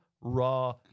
raw